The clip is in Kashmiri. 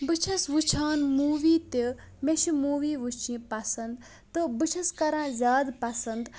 بہٕ چھس وٕچھان موٗوِی تہِ مےٚ چھِ موٗوِی وٕچھِنۍ پَسنٛد تہٕ بہٕ چھس کَران زیادٕ پَسنٛد